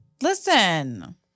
Listen